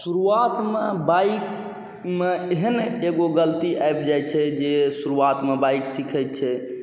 शुरुआतमे बाइकमे एहन एगो गलती आबि जाइ छै जे शुरुआतमे बाइक सिखै छै